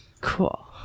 cool